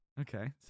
Okay